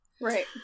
Right